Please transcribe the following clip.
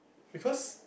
because